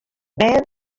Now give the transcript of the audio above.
bern